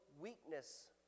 weakness